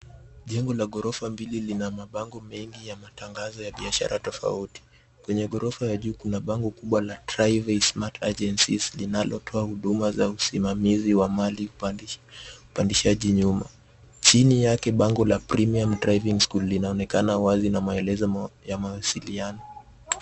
Jengo la ghorofa mbili lina mabango mengi ya matangazo ya biashara tofauti. Kwenye ghorofa ya juu kuna bango kubwa la Triway Smart Agencies inalotoa huduma za usimamizi wa mali upandishaji nyuma. Chini yake bango la Premium Driving School linaonekana wazi na maelezo ya mawasiliano.